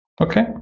Okay